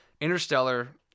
interstellar